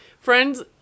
friends